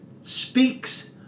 speaks